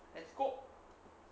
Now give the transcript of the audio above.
let's go